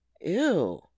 Ew